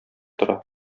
тора